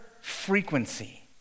frequency